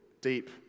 deep